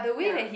ya